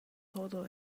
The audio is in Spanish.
todo